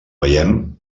veiem